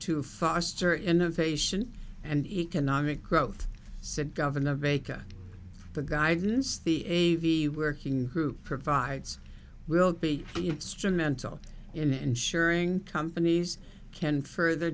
to foster innovation and economic growth said governor baker the guidance the a v working group provides will be instrumental in ensuring companies can further